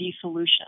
solution